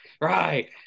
right